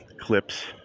clips